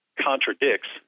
contradicts